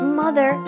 mother